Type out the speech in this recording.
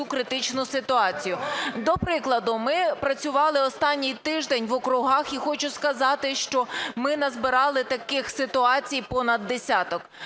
критичну ситуацію. До прикладу, ми працювали останній тиждень в округах. І хочу сказати, що ми назбирали таких ситуацій понад десяток.